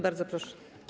Bardzo proszę.